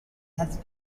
has